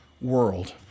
world